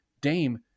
Dame